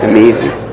Amazing